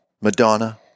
Madonna